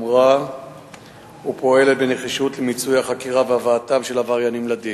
בחומרה ופועלת בנחישות למיצוי החקירה ולהבאת העבריינים לדין.